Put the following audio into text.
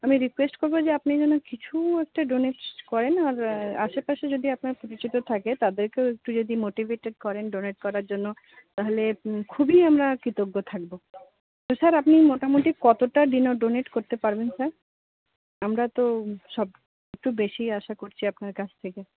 আমি রিকোয়েস্ট করবো যে আপনি যেন কিছু একটা ডোনেট করেন আর আশেপাশে যদি আপনার পরিচিত থাকে তাদেরকেও একটু যদি মোটিভেটেড করেন ডোনেট করার জন্য তাহলে খুবই আমরা কৃতজ্ঞ থাকবো তো স্যার আপনি মোটামুটি কতটা ডোনেট করতে পারবেন স্যার আমরা তো সব একটু বেশিই আশা করছি আপনার কাছ থেকে